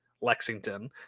Lexington